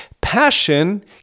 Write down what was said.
Passion